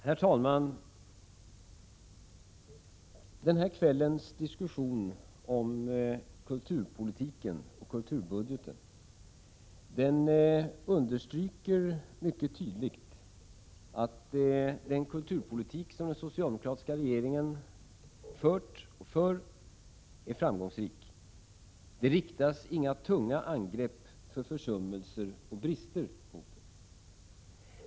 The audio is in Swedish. Herr talman! Den här kvällens diskussion om kulturpolitiken och kulturbudgeten understryker mycket tydligt att den kulturpolitik som den socialdemokratiska regeringen fört och för är framgångsrik. Det riktas inga tunga angrepp mot den för försummelser och brister.